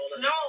No